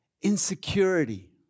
insecurity